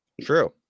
True